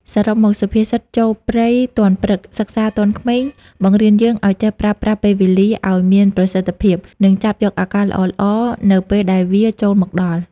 សរុបមក សុភាសិត ចូលព្រៃទាន់ព្រឹក សិក្សាទាន់ក្មេង បង្រៀនយើងឱ្យចេះ ប្រើប្រាស់ពេលវេលាឱ្យមានប្រសិទ្ធភាព និងចាប់យកឱកាសល្អៗនៅពេលដែលវាចូលមកដល់ ។